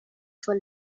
for